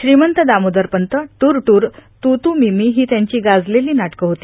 श्रीमंत दामोदरपंत दूरदूर तू तू मी मी ही त्यांची गाजलेली नाटकं होती